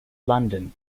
london